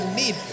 need